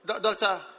doctor